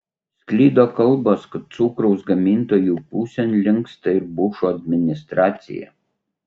sklido kalbos kad cukraus gamintojų pusėn linksta ir bušo administracija